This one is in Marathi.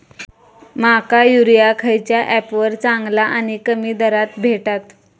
माका युरिया खयच्या ऍपवर चांगला आणि कमी दरात भेटात?